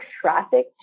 traffic